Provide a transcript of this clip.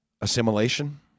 assimilation